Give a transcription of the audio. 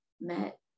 met